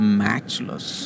matchless